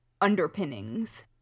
underpinnings